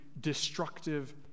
destructive